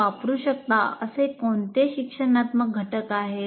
आपण वापरू शकता असे कोणते शिक्षणात्मक घटक आहेत